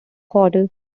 hoddle